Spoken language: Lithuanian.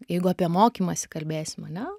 jeigu apie mokymąsi kalbėsim ane